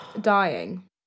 dying